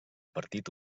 partit